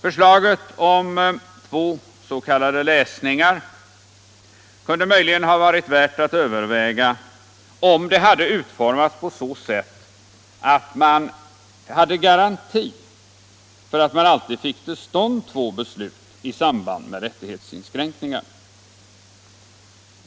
Förslaget om två s.k. läsningar kunde möjligen ha varit värt att överväga, om det hade utformats på så sätt att man hade garanti för att man alltid får till stånd två beslut i samband med rättighetsinskränkningar.